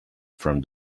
from